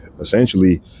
essentially